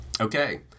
okay